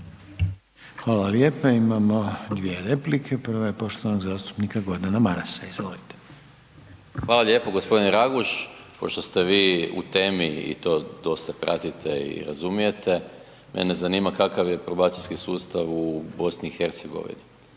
Hvala lijepa. Imamo dvije replike, prva je poštovanog zastupnika Gordana Marasa. Izvolite. **Maras, Gordan (SDP)** Hvala lijepo. Gospodine Raguž, pošto ste vi u temi i to dosta pratite i razumijete mene zanima kakav je probacijski sustav u BiH,